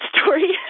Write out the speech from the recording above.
story